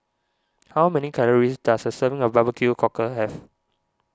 how many calories does a serving of Barbecue Cockle have